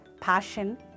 passion